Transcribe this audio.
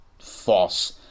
false